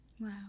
Wow